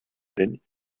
then